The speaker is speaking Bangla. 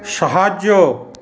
সাহায্য